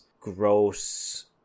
gross